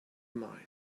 mine